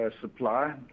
supply